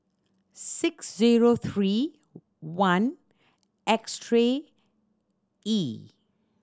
six zero three one X three E